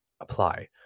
apply